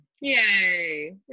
yay